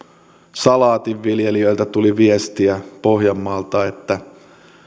salaatinviljelijöiltä tuli viestiä pohjanmaalta että